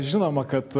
žinoma kad